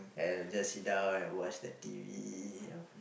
and just sit down and watch the T_V you know